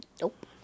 Nope